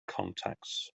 contexts